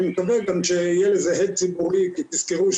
אני מקווה שיהיה לזה הד ציבורי כי תזכרו,